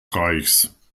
reichs